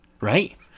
Right